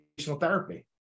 therapy